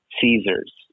Caesars